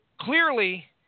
clearly